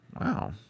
Wow